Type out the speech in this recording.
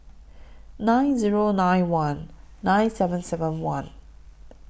nine Zero nine one nine seven seven one